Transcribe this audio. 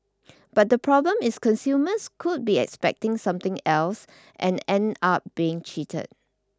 but the problem is consumers could be expecting something else and end up being cheated